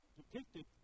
depicted